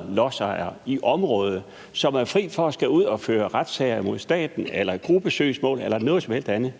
1.600 lodsejere i området, som er fri for at skulle ud og føre retssager imod staten eller anlægge gruppesøgsmål eller noget som helst andet.